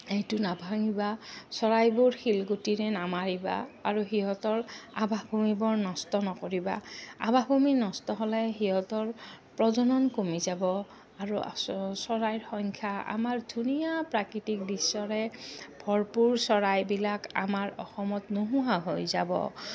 এইটো নাভাঙিবা চৰাইবোৰ শিলগুটিৰে নামাৰিবা আৰু সিহঁতৰ আভভূমিবোৰ নষ্ট নকৰিবা আভভূমি নষ্ট হ'লে সিহঁতৰ প্ৰজনন কমি যাব আৰু চৰাইৰ সংখ্যা আমাৰ ধুনীয়া প্ৰাকৃতিক দৃশ্যৰে ভৰপূৰ চৰাইবিলাক আমাৰ অসমত নোহোৱা হৈ যাব